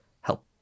help